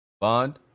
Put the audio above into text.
Bond